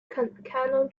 canoe